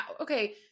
okay